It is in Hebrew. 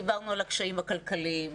דיברנו על הקשיים הכלכליים,